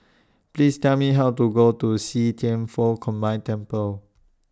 Please Tell Me How to Go to See Thian Foh Combined Temple